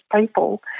people